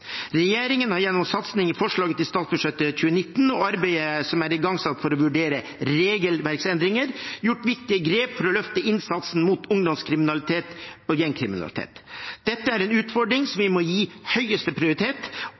Regjeringen har gjennom satsing i forslaget til statsbudsjettet for 2019 og arbeidet som er igangsatt for å vurdere regelverksendringer, gjort viktige grep for å løfte innsatsen mot ungdomskriminalitet og gjengkriminalitet. Dette er en utfordring som vi må gi høyeste prioritet.